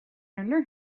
urlár